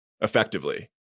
effectively